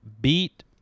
beat